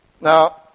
Now